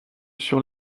sur